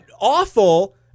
awful